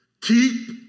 keep